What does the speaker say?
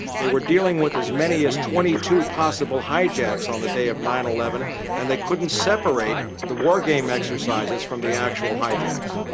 they were dealing with as many as twenty two possible hijacks on the day of nine eleven and they couldn't separate the war game exercises from the actual hijacks.